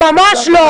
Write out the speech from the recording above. תודה.